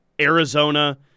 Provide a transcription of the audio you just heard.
Arizona